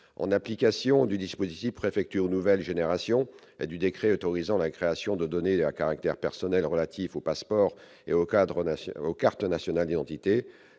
en application du plan Préfectures nouvelle génération et du décret autorisant la création d'un traitement de données à caractère personnel relatif aux passeports et aux cartes nationales d'identité,